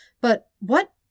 but-what